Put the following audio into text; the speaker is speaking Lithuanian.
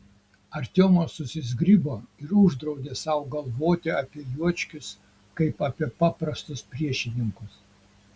artiomas susizgribo ir uždraudė sau galvoti apie juočkius kaip apie paprastus priešininkus